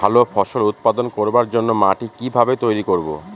ভালো ফসল উৎপাদন করবার জন্য মাটি কি ভাবে তৈরী করব?